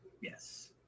Yes